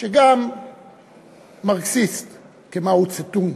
וגם מרקסיסט כמאו דזה-דונג,